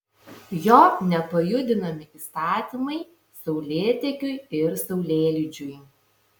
jo nepajudinami įstatymai saulėtekiui ir saulėlydžiui